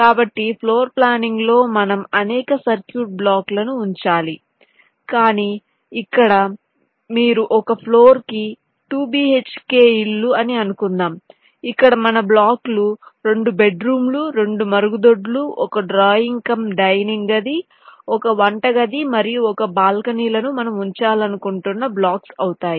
కాబట్టి ఫ్లోర్ప్లానింగ్లో మనం అనేక సర్క్యూట్ బ్లాక్లను ఉంచాలి కాని ఇక్కడ మీరు ఒక ఫ్లోర్ కి 2 బిహెచ్కె ఇల్లు అని అనుకుందాం ఇక్కడ మన బ్లాక్లు 2 బెడ్రూమ్లు 2 మరుగుదొడ్లు 1 డ్రాయింగ్ కమ్ డైనింగ్ గది 1 వంటగది మరియు 1 బాల్కనీ లను మనం ఉంచాలనుకుంటున్న బ్లాక్స్ అవుతాయి